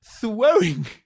throwing